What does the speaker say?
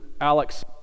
Alex